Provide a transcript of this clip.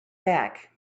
back